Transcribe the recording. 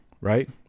right